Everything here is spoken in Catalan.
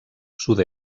sud